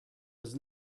his